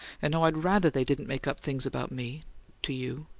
and, oh, i'd rather they didn't make up things about me to you!